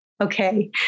Okay